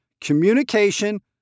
Communication